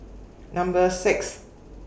Number six